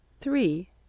three